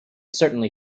certainly